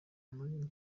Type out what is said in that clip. muri